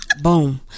boom